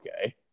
okay